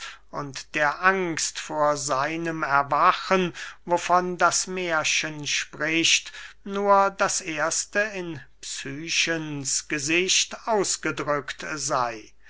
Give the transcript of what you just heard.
und der angst vor seinem erwachen wovon das mährchen spricht nur das erste in psychens gesicht ausgedrückt sey